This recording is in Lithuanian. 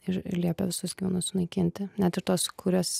ir liepė visus gyvūnus sunaikinti net ir tos kurios